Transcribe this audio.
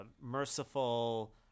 merciful